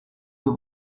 you